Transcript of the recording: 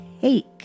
take